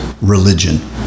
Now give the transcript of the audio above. religion